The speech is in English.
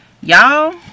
y'all